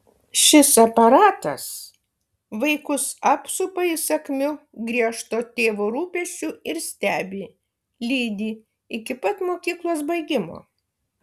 šis aparatas vaikus apsupa įsakmiu griežto tėvo rūpesčiu ir stebi lydi iki pat mokyklos baigimo